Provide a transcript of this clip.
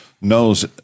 knows